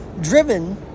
Driven